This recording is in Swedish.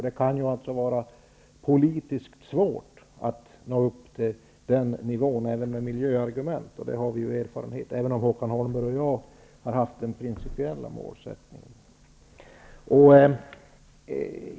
Det kan vara politiskt svårt att nå till den nivån även med miljöargument. Det har vi ju erfarenhet av, även om Håkan Holmberg och jag är ense om den principiella målsättningen.